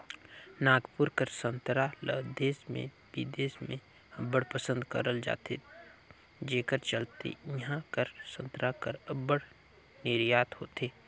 नागपुर कर संतरा ल देस में बिदेस में अब्बड़ पसंद करल जाथे जेकर चलते इहां कर संतरा कर अब्बड़ निरयात होथे